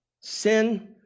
Sin